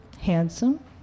handsome